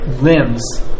limbs